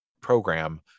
program